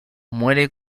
muere